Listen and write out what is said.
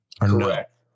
Correct